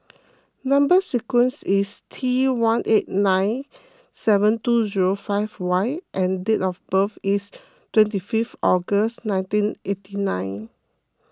Number Sequence is T one eight nine seven two zero five Y and date of birth is twenty fifth August nineteen eighty nine